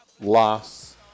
loss